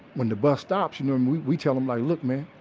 when the bus stops, you know, when we we tell them like look man,